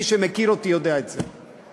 מי שמכיר אותי יודע את זה.